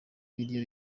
ibiryo